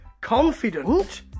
confident